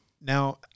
Now